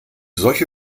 solche